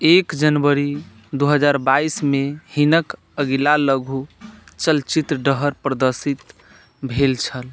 एक जनवरी दू हजार बाइस मे हिनक अगिला लघु चलचित्र डहर प्रदर्शित भेल छल